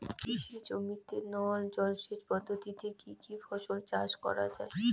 কৃষি জমিতে নল জলসেচ পদ্ধতিতে কী কী ফসল চাষ করা য়ায়?